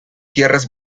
tierras